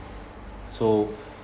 so